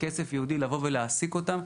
כסף ייעודי לבוא ולהעסיק אותם.